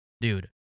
Dude